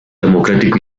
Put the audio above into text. democrático